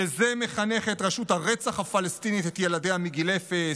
לזה מחנכת רשות הרצח הפלסטינית את ילדיה מגיל אפס,